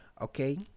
okay